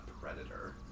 predator